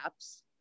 apps